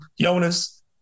Jonas